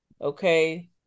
Okay